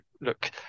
look